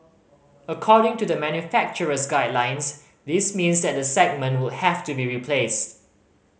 according to the manufacturer's guidelines this means that the segment would have to be replaced